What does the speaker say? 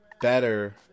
better